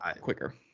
quicker